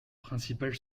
principal